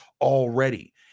already